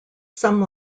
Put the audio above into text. some